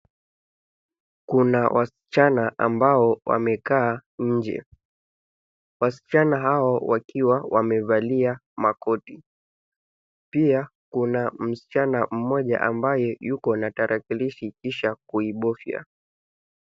Kuna wasichana ambao wamekaa nje. Wasichana hao wakiwa wamevalia makoti. Pia kuna msichana mmoja ambaye yuko na tarakilishi kisha kuibofya.